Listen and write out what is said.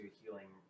healing